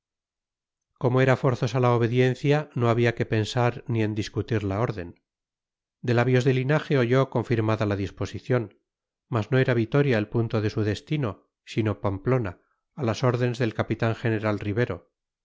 como era forzosa la obediencia no había que pensar ni en discutir la orden de labios de linaje oyó confirmada la disposición mas no era vitoria el punto de su destino sino pamplona a las órdenes del capitán general ribero